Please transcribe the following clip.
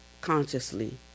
consciously